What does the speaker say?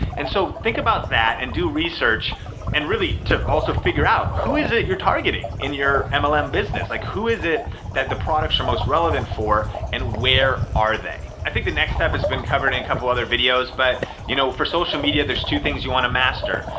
and so think about that and do research and really to also figure out who is it you're targeting in your mlm um um business? like who is it that the products are most relevant for and where are they? i think the next step has been covered in a couple other videos, but you know for social media, there's two things you wanna master.